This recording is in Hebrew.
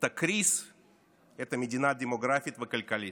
תקריס את המדינה דמוגרפית וכלכלית,